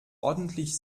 ordentlich